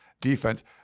Defense